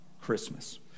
Christmas